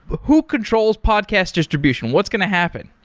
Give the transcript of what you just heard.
who controls podcast distribution? what's going to happen?